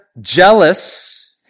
jealous